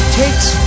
takes